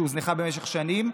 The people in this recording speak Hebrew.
שהוזנחה במשך שנים,